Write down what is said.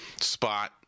Spot